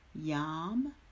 YAM